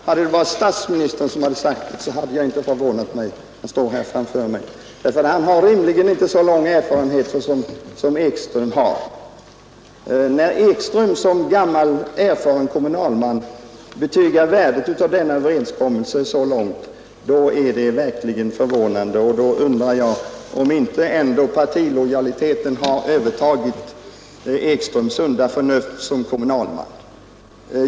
Om det hade varit statsministern — han står här framför mig — som sagt det, hade jag inte förvånat mig, för han har rimligen inte någon erfarenhet av kommunalt engagemang, vilket herr Ekström har. Men när herr Ekström såsom gammal erfaren kommunalman så kraftigt betygar värdet av denna överenskommelse så undrar jag om inte partilojaliteten ändå har fått övertag på herr Ekströms sunda förnuft såsom kommunalman.